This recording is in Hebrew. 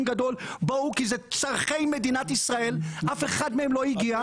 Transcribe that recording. גדול לבוא כי אלה צורכי מדינת ישראל אף אחד מהם לא הגיע.